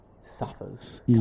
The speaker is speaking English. suffers